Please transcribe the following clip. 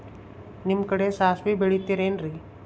ನಿಮ್ಮ ಕಡೆ ಸಾಸ್ವಿ ಬೆಳಿತಿರೆನ್ರಿ?